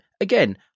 Again